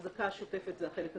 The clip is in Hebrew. ההחזקה השוטפת זה החלק הקשה.